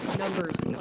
numbers